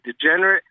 degenerate